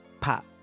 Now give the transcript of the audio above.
pop